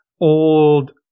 old